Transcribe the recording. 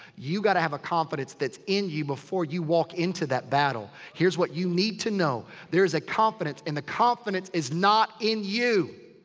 you gotta have a confidence that's in you, before you walk into that battle. here's what you need to know. there's a confidence. and the confidence is not in you.